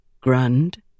Grund